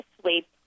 sleep